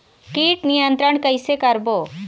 कीट नियंत्रण कइसे करबो?